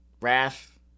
Wrath